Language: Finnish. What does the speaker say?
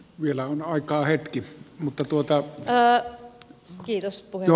vielä on aikaa hetki mutta tuota hyvää se kiitospuheena